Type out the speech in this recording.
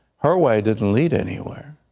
her way didn't lead anywhere.